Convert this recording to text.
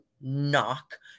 knock